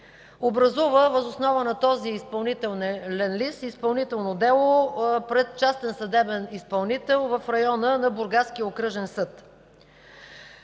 Образува въз основа на този изпълнителен лист изпълнително дело пред частен съдебен изпълнител в района на Бургаския окръжен съд.